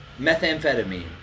methamphetamine